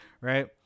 Right